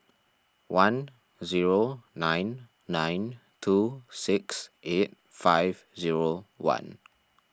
one zero nine nine two six eight five zero one